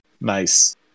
nice